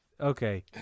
Okay